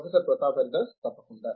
professor Pratap Haridas తప్పకుండా